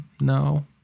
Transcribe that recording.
No